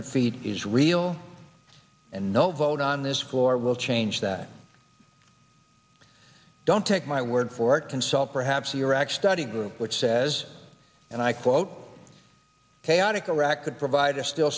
defeat is real and no vote on this floor will change that don't take my word for it consult perhaps your ex study group which says and i quote chaotic iraq could provide a still